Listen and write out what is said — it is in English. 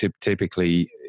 typically